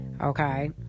okay